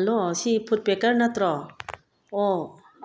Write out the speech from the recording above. hello ꯁꯤ food packer ꯅꯠꯇ꯭ꯔꯣ ꯑꯣ